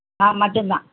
நான் மட்டும்தான்